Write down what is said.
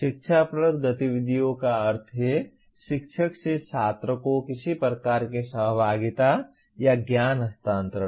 शिक्षाप्रद गतिविधियों का अर्थ है शिक्षक से छात्र को किसी प्रकार की सहभागिता या ज्ञान हस्तांतरण